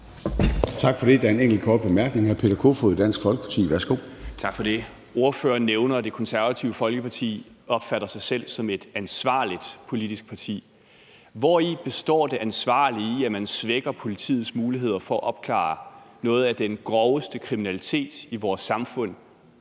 Tak for det. Der er en enkelt kort bemærkning. Hr. Peter Kofod, Dansk Folkeparti. Værsgo. Kl. 09:20 Peter Kofod (DF): Tak for det. Ordføreren nævner, at Det Konservative Folkeparti opfatter sig selv som et ansvarligt politisk parti. Hvori består det ansvarlige i, at man svækker politiets muligheder for at opklare noget af den groveste kriminalitet i vores samfund?